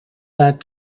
that